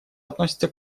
относится